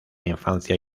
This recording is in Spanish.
infancia